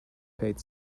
paid